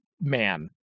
man